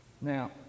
Now